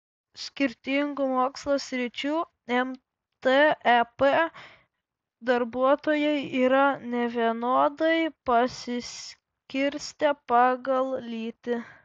skirtingų mokslo sričių mtep darbuotojai yra nevienodai pasiskirstę pagal lytį